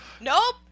Nope